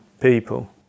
people